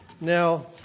Now